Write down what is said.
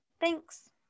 thanks